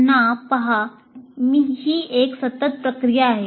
पुन्हा पहा ही एक सतत प्रक्रिया आहे